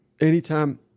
Anytime